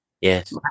yes